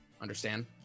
Understand